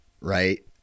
right